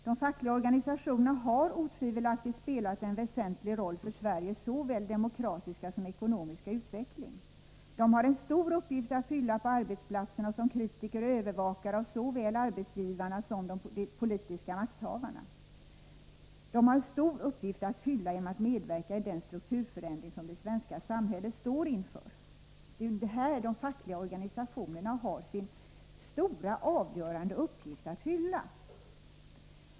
De fackliga organisationerna har otvivelaktigt spelat en väsentlig roll för Sveriges såväl demokratiska som ekonomiska utveckling. De har en stor uppgift att fylla på arbetsplatserna som kritiker och övervakare av såväl arbetsgivarna som de politiska makthavarna. De har också en stor uppgift att fylla genom att medverka i den strukturförändring som det svenska samhället står inför. Det är här de fackliga organisationerna har sin stora avgörande uppgift att fylla.